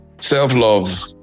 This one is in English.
Self-love